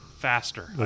faster